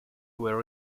were